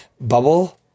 bubble